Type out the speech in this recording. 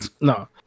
No